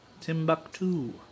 Timbuktu